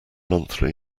monthly